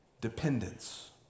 Dependence